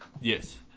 Yes